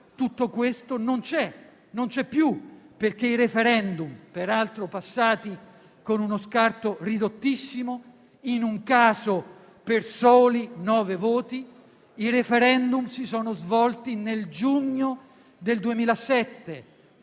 caso tutto ciò non c'è più perché i *referendum*, peraltro passati con uno scarto ridottissimo e, in un caso, per soli nove voti, si sono svolti nel giugno del 2007,